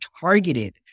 targeted